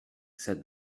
said